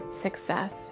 success